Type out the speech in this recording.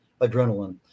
adrenaline